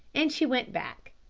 and she went back.